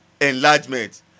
Enlargement